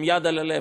עם יד על הלב,